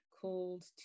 called